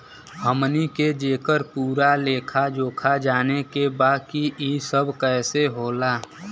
हमनी के जेकर पूरा लेखा जोखा जाने के बा की ई सब कैसे होला?